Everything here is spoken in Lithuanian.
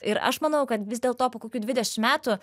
ir aš manau kad vis dėlto po kokių dvidešimt metų